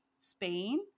Spain